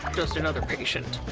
just another patient.